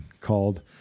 called